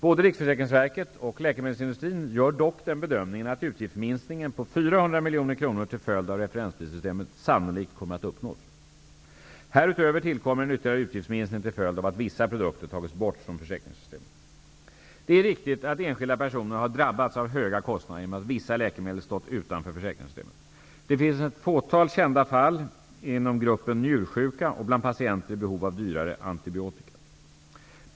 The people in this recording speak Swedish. Både RFV och läkemedelsindustrin gör dock den bedömningen att utgiftsminskningen på 400 miljoner kronor till följd av referensprissystemet sannolikt kommer att uppnås. Härutöver tillkommer en ytterligare utgiftsminskning till följd av att vissa produkter tagits bort från försäkringssystemet. Det är riktigt att enskilda personer har drabbats av höga kostnader genom att vissa läkemedel stått utanför försäkringssystemet. Det finns ett fåtal kända fall inom gruppen njursjuka och bland patienter i behov av dyrare antibiotika.